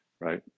right